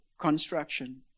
construction